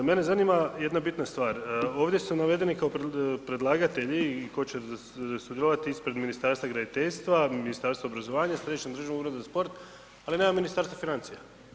Mene zanima jedna bitna stvar, ovdje su navedeni kao predlagatelji i tko će sudjelovati ispred Ministarstva graditeljstva, Ministarstva obrazovanja, Središnji državni ured za sport, ali nema Ministarstva financija.